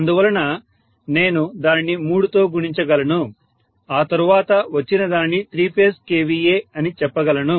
అందువలన నేను దానిని మూడు తో గుణించగలను ఆ తరువాత వచ్చిన దానిని త్రీ ఫేజ్ kVA అని చెప్పగలను